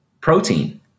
protein